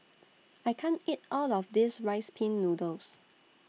I can't eat All of This Rice Pin Noodles